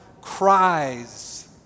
cries